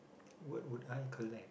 what would I collect